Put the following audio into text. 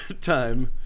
...time